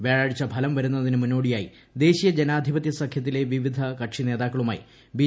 വ്യാഴാഴ്ച ഫലം വരുന്നതിന് മുന്നോടിയായി ദേശീയ ജനാധിപത്യ സഖ്യത്തിലെ വിവിധ കക്ഷി നേതാക്കളുമായി ബി